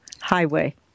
highway